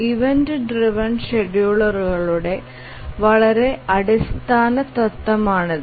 event driven ഷെഡ്യൂളറുകളുടെ വളരെ അടിസ്ഥാന തത്വമാണിത്